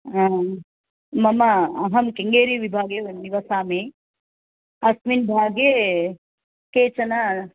मम अहं श्रिङ्गेरीविभागे निवसामि अस्मिन् भागे केचन